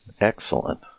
Excellent